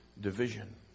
division